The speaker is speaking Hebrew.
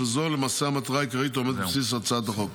שזו למעשה המטרה העיקרית העומדת בבסיס הצעת החוק.